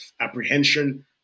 apprehension